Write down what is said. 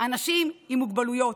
אנשים עם מוגבלויות,